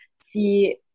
see